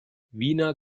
wiener